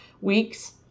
weeks